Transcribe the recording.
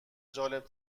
جالب